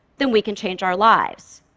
then we can change our lives.